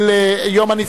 בוועדת הכלכלה.